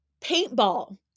Paintball